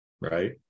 right